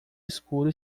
escuro